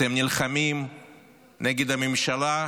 אתם נלחמים נגד הממשלה,